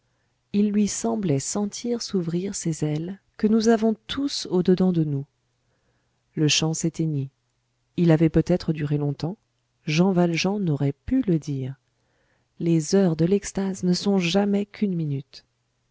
il lui semblait sentir s'ouvrir ces ailes que nous avons tous au dedans de nous le chant s'éteignit il avait peut-être duré longtemps jean valjean n'aurait pu le dire les heures de l'extase ne sont jamais qu'une minute